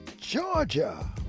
Georgia